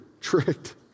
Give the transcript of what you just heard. tricked